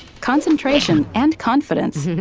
concentration and confidence.